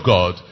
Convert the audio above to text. God